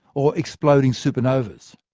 or exploding supernovas.